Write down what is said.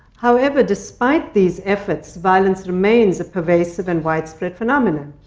however, despite these efforts, violence remains a pervasive and widespread phenomenon.